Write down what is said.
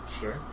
Sure